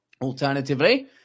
Alternatively